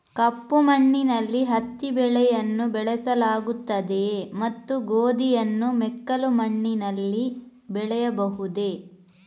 ಕಪ್ಪು ಮಣ್ಣಿನಲ್ಲಿ ಹತ್ತಿ ಬೆಳೆಯನ್ನು ಬೆಳೆಸಲಾಗುತ್ತದೆಯೇ ಮತ್ತು ಗೋಧಿಯನ್ನು ಮೆಕ್ಕಲು ಮಣ್ಣಿನಲ್ಲಿ ಬೆಳೆಯಬಹುದೇ?